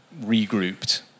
regrouped